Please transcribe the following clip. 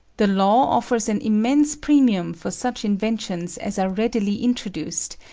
the law offers an immense premium for such inventions as are readily introduced,